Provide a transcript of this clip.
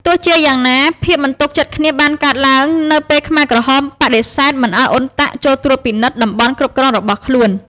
ទោះជាយ៉ាងណា ភាពមិនទុកចិត្តគ្នាបានកើតឡើង នៅពេលខ្មែរក្រហមបដិសេធមិនឱ្យអ៊ុនតាក់ចូលត្រួតពិនិត្យតំបន់គ្រប់គ្រងរបស់ខ្លួន។